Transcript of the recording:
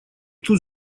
тут